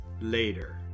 Later